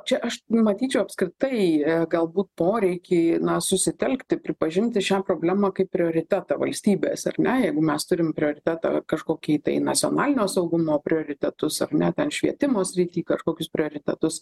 čia aš matyčiau apskritai galbūt poreikį susitelkti pripažinti šią problemą kaip prioritetą valstybės ar ne jeigu mes turim prioritetą kažkokį tai nacionalinio saugumo prioritetus ar ne ten švietimo srity kažkokius prioritetus